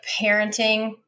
parenting